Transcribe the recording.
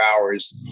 hours